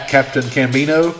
CaptainCambino